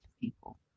people